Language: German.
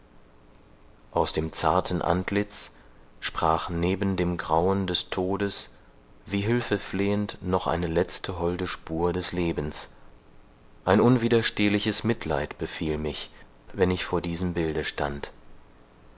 aus dem zarten antlitz sprach neben dem grauen des todes wie hülfeflehend noch eine letzte holde spur des lebens ein unwiderstehliches mitleid befiel mich wenn ich vor diesem bilde stand